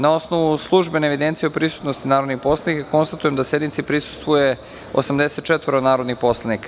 Na osnovu službene evidencije o prisutnosti narodnih poslanika, konstatujem da sednici prisustvuju 84 narodna poslanika.